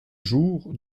jour